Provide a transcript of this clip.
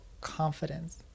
confidence